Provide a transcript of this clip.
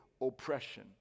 oppression